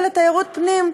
ולתיירות פנים,